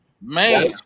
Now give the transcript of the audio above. Man